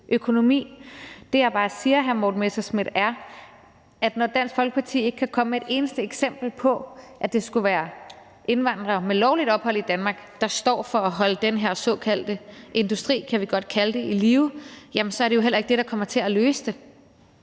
Morten Messerschmidt, er, at når Dansk Folkeparti ikke kan komme med et eneste eksempel på, at det skulle være indvandrere med lovligt ophold i Danmark, der står for at holde den her såkaldte industri – det kan vi godt kalde det – i live, så er det jo heller ikke det her, der kommer til at løse det.